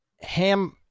ham